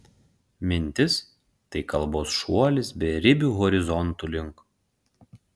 mintis tai kalbos šuolis beribių horizontų link